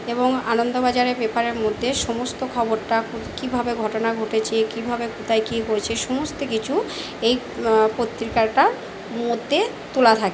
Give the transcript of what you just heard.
এবং আনন্দ বাজারে পেপারের মধ্যে সমস্ত খবরটা কীভাবে ঘটনা ঘটেছে কীভাবে কোথায় কি হয়েছে সমস্ত কিছু এই পত্রিকাটা মধ্যে তোলা থাকে